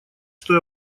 что